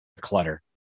clutter